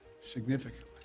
significantly